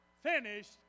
finished